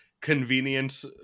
Convenient